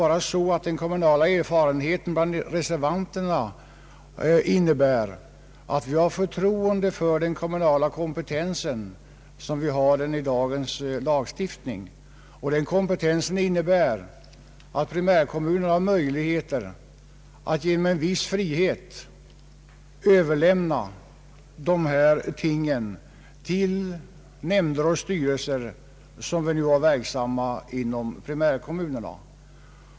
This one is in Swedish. Men den kommunala erfarenhet som vi reservanter har gör att vi har förtroende för den kommunala kompetensen, sådan den anges i dagens lagstiftning. Den kompetensen innebär att primärkommunerna har möjligheter, genom en viss frihet, att överlämna dessa frågor till nämnder och styrelser, som är verksamma inom primärkommunerna.